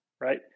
Right